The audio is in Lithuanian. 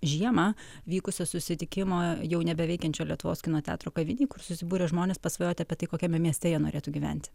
žiemą vykusio susitikimo jau nebeveikiančio lietuvos kino teatro kavinėj kur susibūrę žmonės pasvajoti apie tai kokiame mieste jie norėtų gyventi